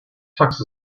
tux